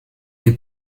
est